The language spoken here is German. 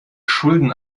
schulden